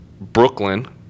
brooklyn